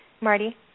Marty